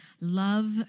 love